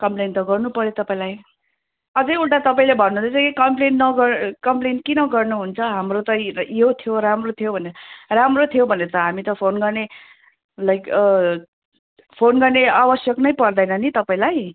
complain त गर्नु पऱ्यो तपाईँलाई अझ उल्टा तपाईँले भन्नु हुँदैछ कि कम्प्लेन नगर कम्प्लेन किन गर्नु हुन्छ हाम्रो त यो थियो राम्रो थियो भनेर राम्रो थियो भने त हामी त फोन गर्ने लाइक फोन गर्ने आवश्यक नै पर्दैन नि तपाईँलाई